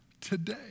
today